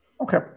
Okay